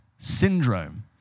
Syndrome